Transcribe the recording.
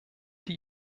die